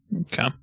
Okay